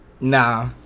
Nah